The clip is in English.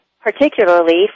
particularly